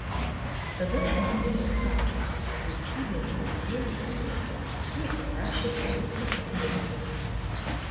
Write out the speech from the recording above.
tada andriejus suprato kad teisybė zebediejaus pusėje visų atsiprašė ir viską atidavė